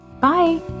Bye